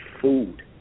food